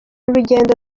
urugendo